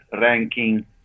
ranking